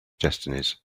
destinies